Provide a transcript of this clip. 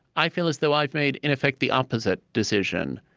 i feel as though i've made, in effect, the opposite decision.